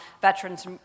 Veterans